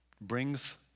brings